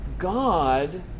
God